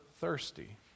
thirsty